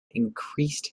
increased